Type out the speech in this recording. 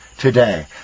today